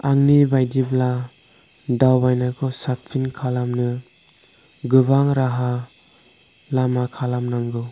आंनि बायदिब्ला दावबायनायखौ साबसिन खालामनो गोबां राहालामा खालाम नांगौ